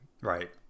Right